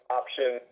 option